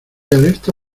alerta